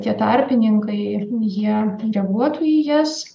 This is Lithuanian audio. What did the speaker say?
tie tarpininkai jie reaguotų į jas